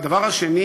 והדבר השני